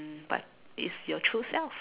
but it's your true self